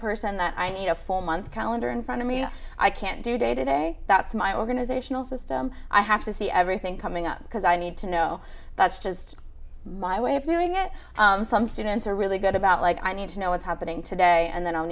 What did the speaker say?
person that i need a full month calendar in front of me i can't do day to day that's my organizational system i have to see everything coming up because i need to know that's just my way of doing it some students are really good about like i need to know what's happening today and then i